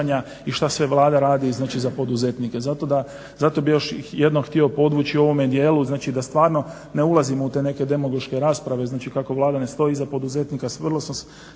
i šta sve Vlada radi znači za poduzetnike. I zato bih još jednom htio podvući u ovome dijelu, znači da stvarno ne ulazimo u te neke demagoške rasprave. Znači, kako Vlada ne stoji iza poduzetnika vrlo smo